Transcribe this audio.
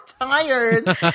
tired